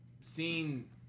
seen